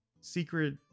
secret